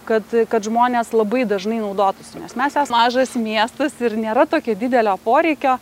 kad kad žmonės labai dažnai naudotųsi nes mes esam mažas miestas ir nėra tokio didelio poreikio